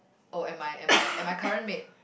oh and my and my and my current maid